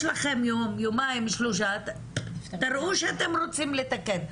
יש לכם יום, יומיים, שלושה, תראו שאתם רוצים לתקן.